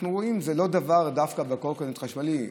אנחנו רואים שזה לאו דווקא לגבי קורקינט חשמלי.